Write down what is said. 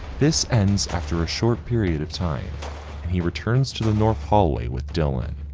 this ends after a short period of time and he returns to the north hallway with dylan.